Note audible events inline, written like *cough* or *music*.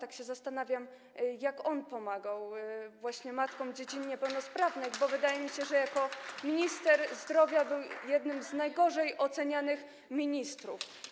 A zastanawiam się, jak on pomagał matkom dzieci niepełnosprawnych, *applause* bo wydaje mi się, że jako minister zdrowia był jednym z najgorzej ocenianych ministrów.